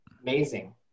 amazing